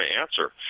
answer